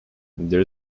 there